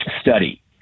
study